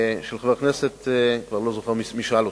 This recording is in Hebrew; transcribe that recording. של חבר הכנסת, אני כבר לא זוכר מי שאל אותי,